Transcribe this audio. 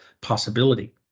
possibility